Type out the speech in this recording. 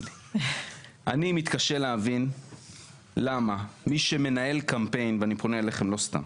אני מתקשה להבין למה מי שמנהל קמפיין ולא סתם אני פונה אליכם,